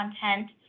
content